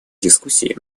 дискуссий